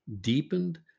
deepened